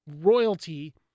royalty